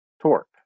torque